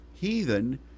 heathen